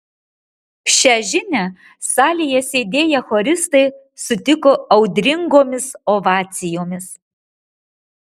šią žinią salėje sėdėję choristai sutiko audringomis ovacijomis